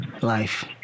Life